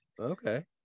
Okay